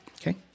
Okay